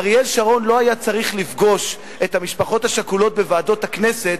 אריאל שרון לא היה צריך לפגוש את המשפחות השכולות בוועדות הכנסת,